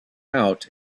out